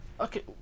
Okay